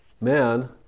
Man